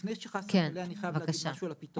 לפני שחסן מדבר, אני חייב להגיד משהו על הפתרון.